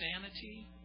sanity